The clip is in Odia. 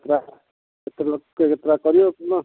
କେତଟା କେତେ ଲୋକକୁ କେତେଟା କରିବ ଶୁଣ